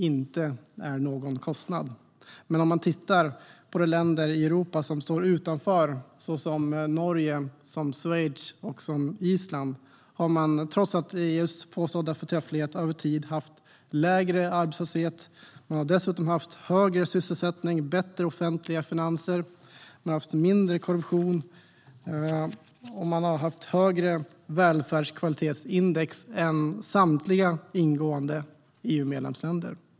Men om man tittar på de länder i Europa som står utanför, såsom Norge, Schweiz och Island, kan man se att de, trots EU:s påstådda förträfflighet, över tid har haft lägre arbetslöshet. De har dessutom haft högre sysselsättning, bättre offentliga finanser, mindre korruption och högre välfärdskvalitetsindex än samtliga ingående EU-medlemsländer.